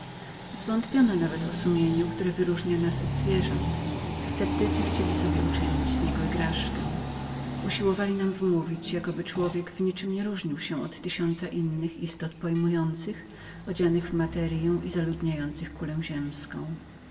zwątpiono nawet o sumieniu tej najważniejszej różnicy oddzielającej nas od zwierząt sceptycy chcieli sobie uczynić z niego igraszkę usiłowali wmówić jakoby człowiek w niczem nie różnił się od tysiąca innych istot pojmujących odzianych materyą i zaludniających kulę ziemskę